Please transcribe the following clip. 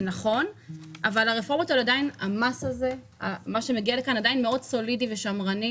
אבל מה שמגיע לכאן עדיין מאוד סולידי ושמרני,